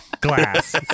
glass